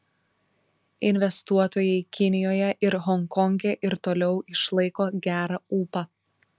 investuotojai kinijoje ir honkonge ir toliau išlaiko gerą ūpą